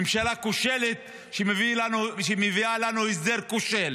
ממשלה כושלת, שמביאה לנו הסדר כושל.